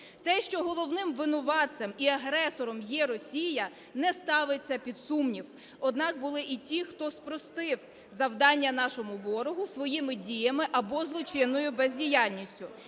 Те, що головним винуватцем і агресором є Росія, не ставиться під сумнів, однак були і ті, хто спростив завдання нашому ворогу своїми діями або злочинною бездіяльністю,